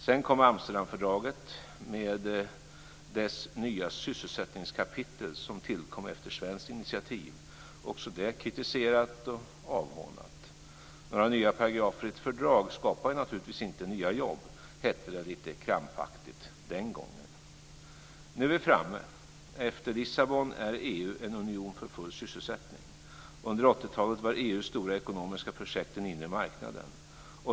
Sedan kom Amsterdamfördraget med dess nya sysselsättningskapitel som tillkom efter svenskt initiativ, också det kritiserat och avhånat. Några nya paragrafer i ett fördrag skapar naturligtvis inte några nya jobb, hette det lite krampaktigt den gången. Efter Lissabon är EU en union för full sysselsättning. Under 80-talet var EU:s stora ekonomiska projekt den inre marknaden.